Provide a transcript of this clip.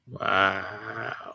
Wow